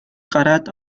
гараад